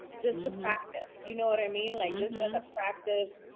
just practice. you know what i mean. like, just and and practice.